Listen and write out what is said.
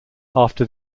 after